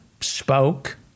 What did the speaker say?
spoke